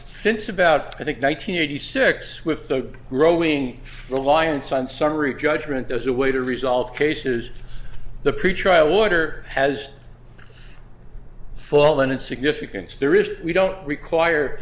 since about i think nine hundred eighty six with the growing reliance on summary judgment as a way to resolve cases the pretrial water has fallen in significance there is we don't require